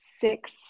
six